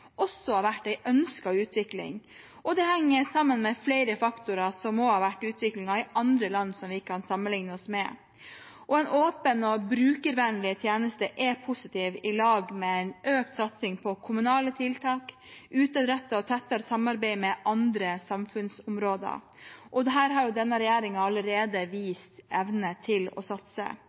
også har vært en ønsket utvikling, og det henger sammen med flere faktorer som også har vært utviklingen i andre land vi kan sammenligne oss med. En åpen og brukervennlig tjeneste er positivt, sammen med en økt satsing på kommunale tiltak, utadretting og tettere samarbeid med andre samfunnsområder. Der har denne regjeringen allerede vist evne til å satse.